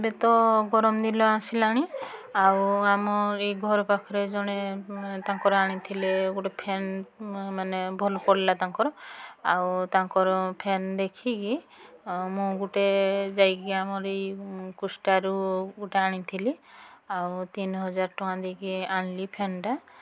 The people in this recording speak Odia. ଏବେ ତ ଗରମ ଦିନ ଆସିଲାଣି ଆଉ ଆମ ଏଇ ଘର ପାଖରେ ଜଣେ ତାଙ୍କର ଆଣିଥିଲେ ଗୋଟିଏ ଫ୍ୟାନ୍ ମାନେ ଭଲ ପଡ଼ିଲା ତାଙ୍କର ଆଉ ତାଙ୍କର ଫ୍ୟାନ୍ ଦେଖିକି ମୁଁ ଗୋଟିଏ ଯାଇକି ଆମର ଏଇ କୁଷ୍ଟାରୁ ଗୋଟିଏ ଆଣିଥିଲି ଆଉ ତିନିହଜାର ଟଙ୍କା ଦେଇକି ଆଣିଲି ଫ୍ୟାନ୍ଟା